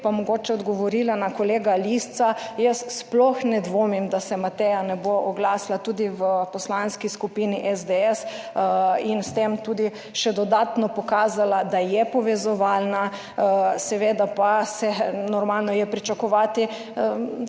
Pa mogoče odgovorila na kolega Lisca, jaz sploh ne dvomim, da se Mateja ne bo oglasila tudi v Poslanski skupini SDS in s tem tudi še dodatno pokazala, da je povezovalna, seveda pa normalno je pričakovati